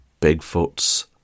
bigfoots